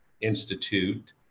Institute